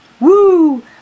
Woo